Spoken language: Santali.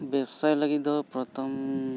ᱵᱮᱵᱽᱥᱟᱭ ᱞᱟᱹᱜᱤᱫ ᱫᱚ ᱯᱨᱚᱛᱷᱚᱢ